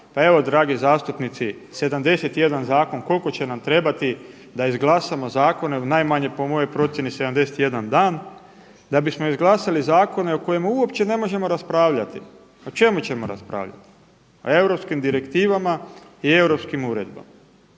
pa evo dragi zastupnici 71 zakon koliko će nam trebati da izglasamo zakone u najmanje po mojoj procjeni 71 dan, da bismo izglasali zakone o kojima uopće ne možemo raspravljati. O čemu ćemo raspravljati? O europskim direktivama i europskim uredbama.